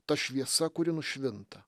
ta šviesa kuri nušvinta